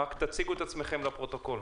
רק תציגו את עצמכם לפרוטוקול.